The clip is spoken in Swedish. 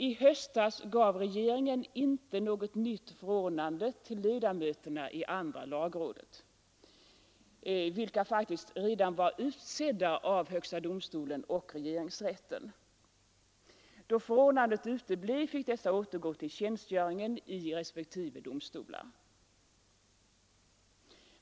I höstas gav regeringen inte något nytt förordnande till ledamöterna i andra lagrådet, vilka faktiskt var utsedda av högsta domstolen och regeringsrätten. Då förordnandet uteblev fick dessa ledamöter återgå till tjänstgöringen i respektive domstolar.